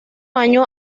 año